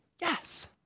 Yes